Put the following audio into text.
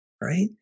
right